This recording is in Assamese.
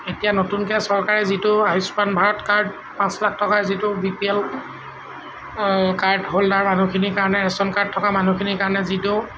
এতিয়া নতুনকৈ চৰকাৰে যিটো আয়ুস্মান ভাৰত কাৰ্ড পাঁচ লাখ টকাৰ যিটো বিপিএল কাৰ্ড হোল্ডাৰ মানুহখিনিৰ কাৰণে ৰেচন কাৰ্ড থকা মানুহখিনিৰ কাৰণে যিটো